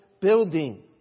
building